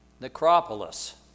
Necropolis